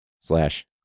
slash